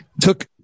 took